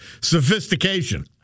sophistication